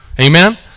Amen